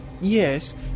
Yes